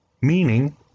meaning